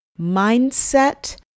mindset